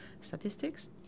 statistics